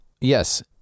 Yes